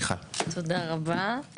תודה רבה,